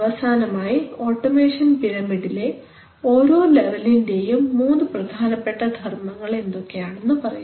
അവസാനമായി automation pyramid ലെ ഓരോ ലെവലിന്റെയും മൂന്ന് പ്രധാനപ്പെട്ട ധർമ്മങ്ങൾ എന്തൊക്കെയാണെന്ന് പറയുക